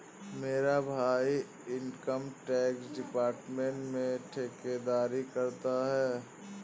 मेरा भाई income tax department में ठेकेदारी करता है